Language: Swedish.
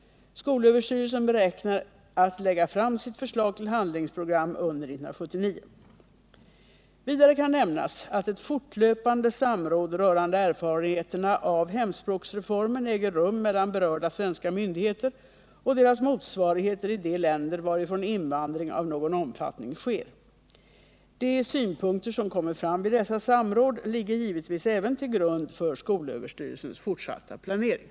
Skolöverstyrelsen beräknar att lägga fram sitt förslag till handlingsprogram under 1979. Vidare kan nämnas att ett fortlöpande samråd rörande erfarenheterna av hemspråksreformen äger rum mellan berörda svenska myndigheter och deras motsvarigheter i de länder varifrån invandring av någon omfattning sker. De synpunkter som kommer fram vid dessa samråd ligger givetvis även till grund för skolöverstyrelsens fortsatta planering.